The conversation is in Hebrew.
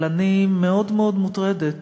אבל אני מאוד מאוד מוטרדת,